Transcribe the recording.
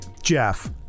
jeff